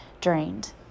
drained